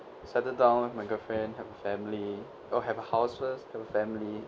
settle down with my girlfriend have family or have a house first have a family